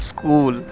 School